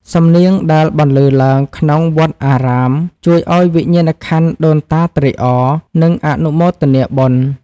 សំនៀងដែលបន្លឺឡើងក្នុងវត្តអារាម ជួយឱ្យវិញ្ញាណក្ខន្ធដូនតាត្រេកអរ និងអនុមោទនាបុណ្យ។